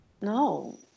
No